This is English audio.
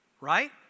Right